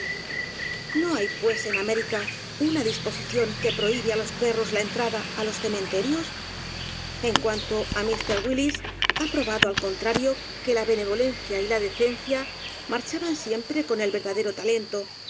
a y pues en américa una disposición que p r o hibe á los p e r r o s la entrada á los cementerios en cuanto á mr willis ha probado al contrario que la benevolencia y la decencia m a r c h a b a n siempre con el verdadero talento